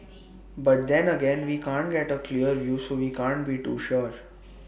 but then again we can't get A clear view so we can't be too sure